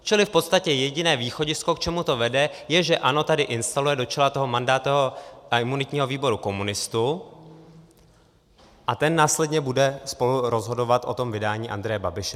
Čili v podstatě jediné východisko, k čemu to vede, je, že ANO tady instaluje do čela mandátového a imunitního výboru komunistu a ten následně bude spolurozhodovat o vydání Andreje Babiše.